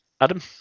Adam